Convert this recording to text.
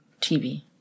TV